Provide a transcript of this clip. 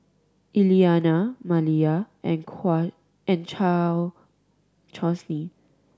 Elianna Maliyah and and